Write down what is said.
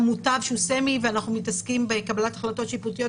מותב ואנחנו מתעסקים בקבלת החלטות שיפוטיות,